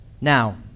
Now